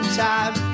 time